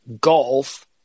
golf